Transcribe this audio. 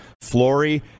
Flory